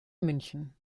münchen